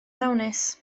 ddawnus